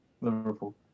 Liverpool